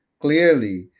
clearly